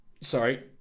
Sorry